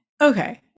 okay